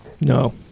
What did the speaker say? No